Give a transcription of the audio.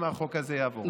שמא החוק הזה יעבור.